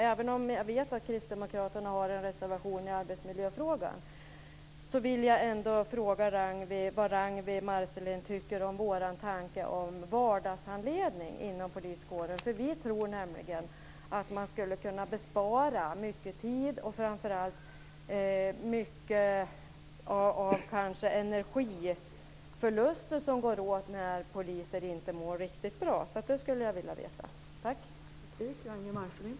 Även om jag vet att Kristdemokraterna har en reservation om arbetsmiljön vill jag ta om frågan en gång till: Vad tycker Ragnwi Marcelingd om vår idé om vardagshandledning inom poliskåren? Vi tror nämligen att man skulle kunna spara mycket tid och framför allt och mycket energi på det sättet - det går ju åt mycket när poliser inte mår bra.